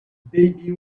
baby